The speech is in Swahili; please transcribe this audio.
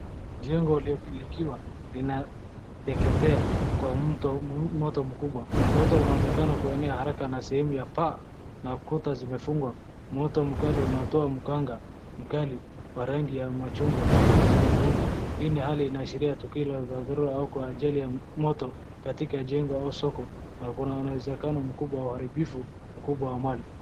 Jengo likiwa linateketea kwa moto mkubwa, moto unaonekana kuenea haraka na sehemu ya paa na kuta zimefungwa, moto mkali unaotoa mganga mkali wa rangi ya machungwa nyekundu hii ni hali inaashiria tukio la hali ya udhuru au kwa ya ajali ya moto katika jengo au soko na kuna uwezekano mkubwa wa uharibifu mkubwa wa mali.